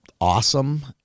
awesome